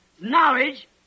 knowledge